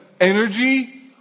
energy